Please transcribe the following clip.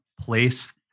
place